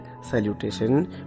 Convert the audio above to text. salutation